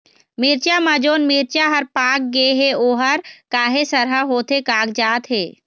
मिरचा म जोन मिरचा हर पाक गे हे ओहर काहे सरहा होथे कागजात हे?